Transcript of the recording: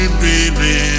baby